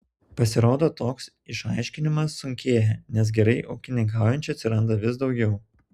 pasirodo toks išaiškinimas sunkėja nes gerai ūkininkaujančių atsiranda vis daugiau